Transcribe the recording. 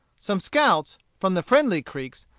some scouts, from the friendly creeks,